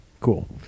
Cool